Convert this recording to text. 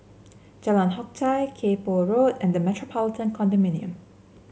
Jalan Hock Chye Kay Poh Road and The Metropolitan Condominium